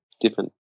different